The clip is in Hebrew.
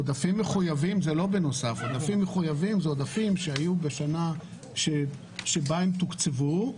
עודפים מחויבים אלה עודפים שהיו בשנה שבה הם תוקצבו,